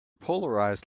polarized